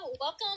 welcome